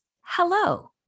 hello